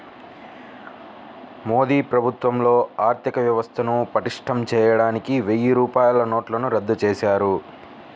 మోదీ ప్రభుత్వంలో ఆర్ధికవ్యవస్థను పటిష్టం చేయడానికి వెయ్యి రూపాయల నోట్లను రద్దు చేశారు